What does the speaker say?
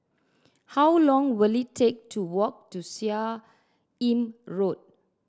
how long will it take to walk to Seah Im Road